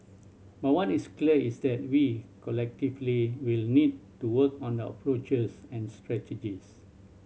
but what is clear is that we collectively will need to work on the approaches and strategies